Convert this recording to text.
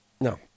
No